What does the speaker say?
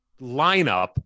lineup